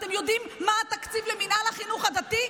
אתם יודעים מה התקציב למינהל החינוך הדתי?